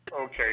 Okay